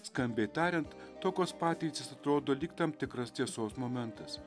skambiai tariant tokios patirtys atrodo lyg tam tikras tiesos momentas